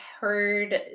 heard